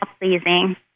pleasing